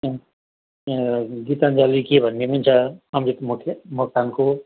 त्यहाँबाट गीतान्जली के भन्ने पनि छ सन्जिव मुखिया मोक्तानको